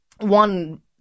one